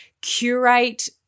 curate